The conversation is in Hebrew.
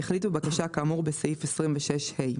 יחליט בבקשה כאמור בסעיף 26ה,